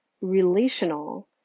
relational